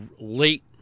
late